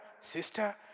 sister